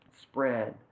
spread